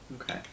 Okay